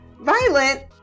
violent